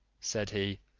said he,